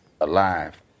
alive